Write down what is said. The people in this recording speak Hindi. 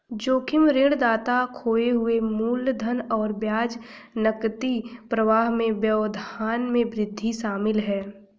जोखिम ऋणदाता खोए हुए मूलधन और ब्याज नकदी प्रवाह में व्यवधान में वृद्धि शामिल है